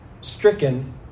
stricken